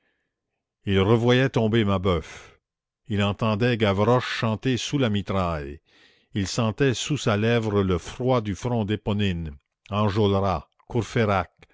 il revoyait tomber mabeuf il entendait gavroche chanter sous la mitraille il sentait sous sa lèvre le froid du front d'éponine enjolras courfeyrac